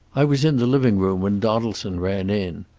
i was in the living-room when donaldson ran in.